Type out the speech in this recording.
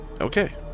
Okay